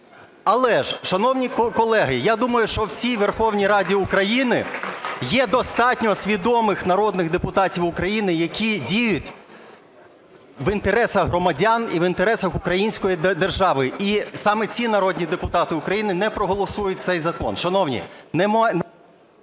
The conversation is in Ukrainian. Але ж, шановні колеги, я думаю, що в цій Верховній Раді України є достатньо свідомих народних депутатів України, які діють в інтересах громадян і в інтересах української держави і саме ці народні депутати України не проголосують цей закон. Шановні… Веде